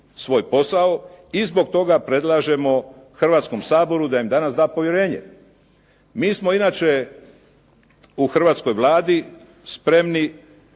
svoj posao. I zbog toga predlažemo Hrvatskom saboru da im danas da povjerenje. Mi smo inače u hrvatskoj Vladi spremni